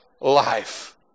life